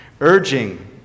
Urging